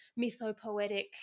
mythopoetic